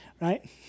right